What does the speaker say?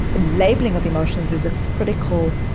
labelling of emotions is a critical